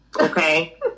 Okay